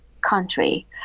country